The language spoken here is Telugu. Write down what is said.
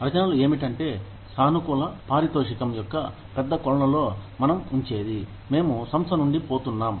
రచనలు ఏమిటంటే సానుకూల పారితోషికం యొక్క పెద్ద కొలనులో మనం ఉంచేది మేము సంస్థ నుండి పోతున్నాం